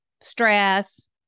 stress